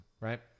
right